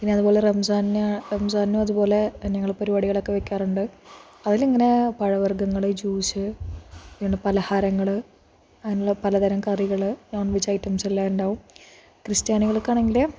പിന്നെ അതുപോലെ റംസാൻ റംസാനും അതുപോലെ ഞങ്ങൾ പരിപാടികളൊക്കെ വെയ്ക്കാറുണ്ട് അതിൽ ഇങ്ങനെ പഴവർഗ്ഗങ്ങൾ ജ്യൂസ് എണ്ണപ്പലഹാരങ്ങൾ അങ്ങനെയുള്ള പലതരം കറികൾ നോൺ വെജ്ജ് ഐറ്റംസ് എല്ലാമുണ്ടാകും ക്രിസ്ത്യാനികൾക്കാണെങ്കിൽ